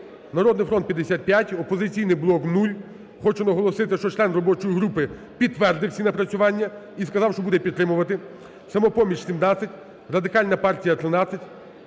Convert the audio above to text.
"Народний фронт" – 55, "Опозиційний блок" – 0. Хочу наголосити, що член робочої групи підтвердив ці напрацювання і сказав, що буде підтримувати. "Самопоміч" – 17, Радикальна партія – 13.